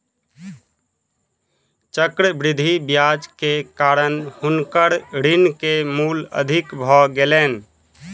चक्रवृद्धि ब्याज के कारण हुनकर ऋण के मूल अधिक भ गेलैन